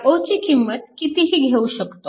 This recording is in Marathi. i0 ची किंमत कितीही घेऊ शकतो